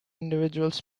individuals